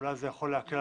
אולי זה יכול להקל.